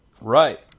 Right